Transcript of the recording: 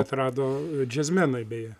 atrado džiazmenai beje